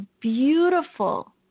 beautiful